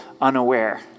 unaware